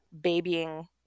babying